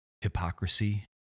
hypocrisy